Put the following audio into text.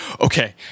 okay